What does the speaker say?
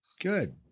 Good